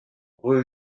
rue